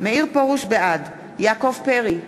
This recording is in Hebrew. בעד יעקב פרי,